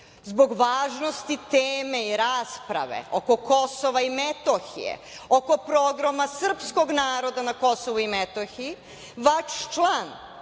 zbog važnosti teme i rasprave oko Kosova i Metohije, oko pogroma srpskog naroda na Kosovu i Metohiji, vaš član,